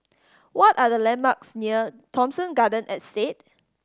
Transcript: what are the landmarks near Thomson Garden Estate